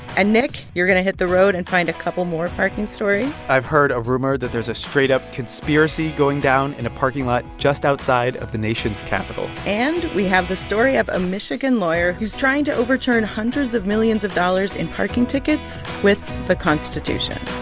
and, nick, you're going to hit the road and find a couple more parking stories i've heard a rumor that there's a straight-up conspiracy going down in a parking lot just outside of the nation's capital and we have the story of a michigan lawyer who's trying to overturn hundreds of millions of dollars in parking tickets with the constitution